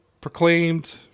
proclaimed